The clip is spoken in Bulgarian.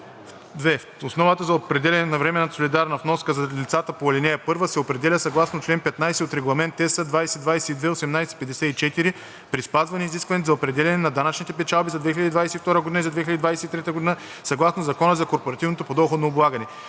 (2) Основата за определяне на временната солидарна вноска за лицата по ал. 1 се определя съгласно член 15 от Регламент (ЕС) 2022/1854 при спазване изискванията за определяне на данъчните печалби за 2022 г. и за 2023 г. съгласно Закона за корпоративното подоходно облагане.